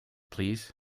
please